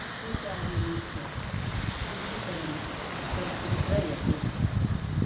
सुचारुरीत्या रुचिकरं कर्तुं प्रयते